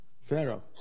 Pharaoh